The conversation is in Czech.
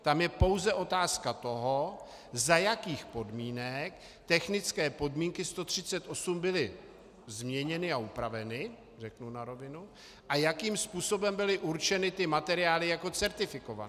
Tam je pouze otázka toho, za jakých podmínek technické podmínky 138 byly změněny a upraveny, řeknu na rovinu, a jakým způsobem byly určeny ty materiály jako certifikované.